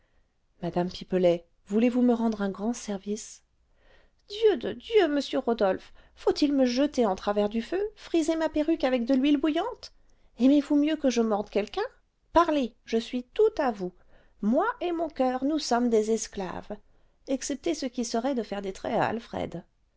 madame pipelet voulez-vous me rendre un grand service dieu de dieu monsieur rodolphe faut-il me jeter en travers du feu friser ma perruque avec de l'huile bouillante aimez-vous mieux que je morde quelqu'un parlez je suis toute à vous moi et mon coeur nous sommes des esclaves excepté ce qui serait de faire des traits à alfred